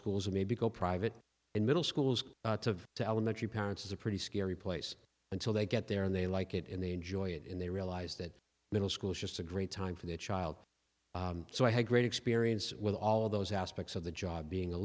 schools or maybe go private and middle schools to elementary parents is a pretty scary place until they get there and they like it and they enjoy it and they realize that middle school is just a great time for the child so i had great experience with all those aspects of the job being a